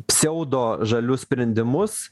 pseudo žalius sprendimus